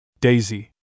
Daisy